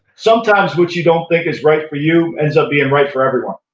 sometimes what you don't think is right for you ends up being right for everyone